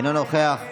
הדוברת הבאה,